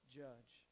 judge